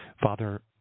Father